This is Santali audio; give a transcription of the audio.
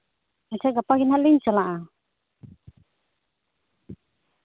ᱟᱪᱪᱷᱟ ᱜᱟᱯᱟ ᱜᱮ ᱦᱟᱸᱜ ᱞᱤᱧ ᱪᱟᱞᱟᱜᱼᱟ